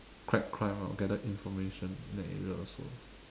crack crime or gather information in that area also